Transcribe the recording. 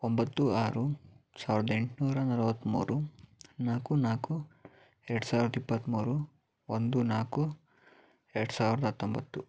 ಒಂಬತ್ತು ಆರು ಸಾವಿರದ ಎಂಟುನೂರ ನಲ್ವತ್ತ್ಮೂರು ನಾಲ್ಕು ನಾಲ್ಕು ಎರಡು ಸಾವಿರದ ಇಪ್ಪತ್ತ್ಮೂರು ಒಂದು ನಾಕು ಎರಡು ಸಾವಿರದ ಹತ್ತೊಂಬತ್ತು